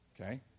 okay